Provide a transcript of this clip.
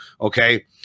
Okay